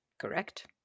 correct